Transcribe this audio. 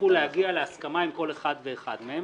והצטרכו להגיע להסכמה עם כל אחד ואחד מהם,